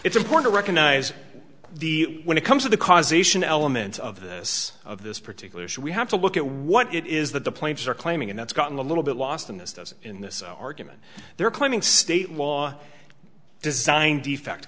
it's important recognize the when it comes to the causation element of this of this particular should we have to look at what it is that the planes are claiming and that's gotten a little bit lost in this doesn't in this argument they're claiming state law design defect